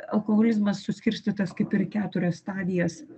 alkoholizmas suskirstytas kaip ir į keturias stadijas